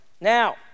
Now